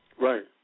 Right